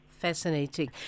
fascinating